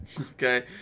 Okay